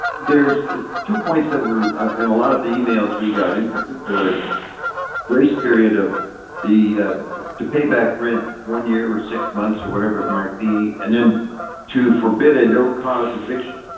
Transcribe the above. there's two points that were in a lot of the emails we got, in particular grace period of the payback rents one year or six months or whatever it might be. and then to forbid at no cause eviction.